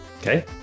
Okay